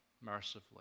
mercifully